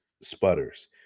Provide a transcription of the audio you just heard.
sputters